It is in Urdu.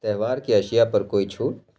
تہوار کی اشیا پر کوئی چھوٹ